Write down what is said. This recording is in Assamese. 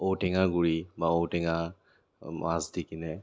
ঔটেঙাৰ গুড়ি বা ঔটেঙা মাছ দি কিনে